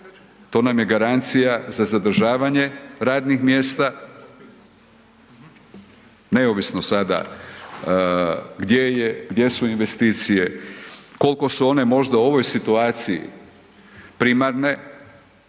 to nam je garancija za zadržavanje radnih mjesta neovisno sada gdje su investicije, koliko su one možda u ovoj situaciji primarne,